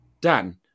Dan